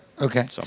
Okay